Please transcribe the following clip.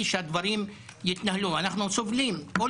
אסור שהחוק הזה יתגלגל פה בכלל.